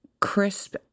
crisp